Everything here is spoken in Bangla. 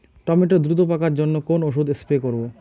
টমেটো দ্রুত পাকার জন্য কোন ওষুধ স্প্রে করব?